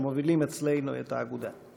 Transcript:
המובילים אצלנו את האגודה.